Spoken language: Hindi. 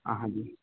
हाँ जी